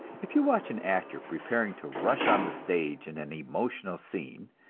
if you watch an actor preparing to rush on the stage in an emotional scene,